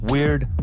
Weird